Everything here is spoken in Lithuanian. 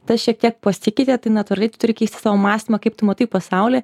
tas šiek tiek pasikeitė tai natūraliai tu turi keisti savo mąstymą kaip tu matai pasaulį